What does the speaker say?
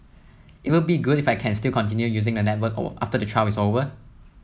it would be good if I can still continue using the network after the trial is over